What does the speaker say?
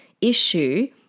issue